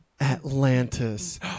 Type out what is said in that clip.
Atlantis